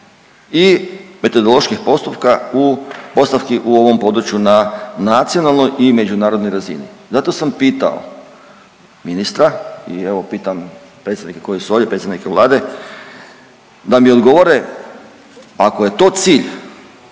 i metodoloških postupka u postavki u ovom području na nacionalnoj i međunarodnoj razini. Zato sam pitao ministra i evo, pitam predstavnike koji su ovdje, predstavnika Vlade da mi odgovore, ako je to cilj,